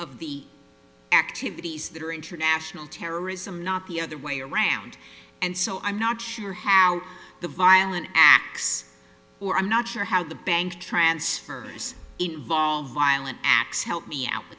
of the activities that are international terrorism not the other way around and so i'm not sure how the violent acts or i'm not sure how the bank transfers violent acts help me out